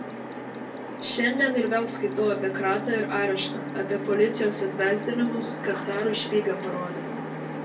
šiandien ir vėl skaitau apie kratą ir areštą apie policijos atvesdinimus kad carui špygą parodė